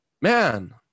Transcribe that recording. Man